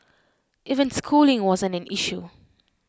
even schooling wasn't an issue